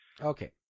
Okay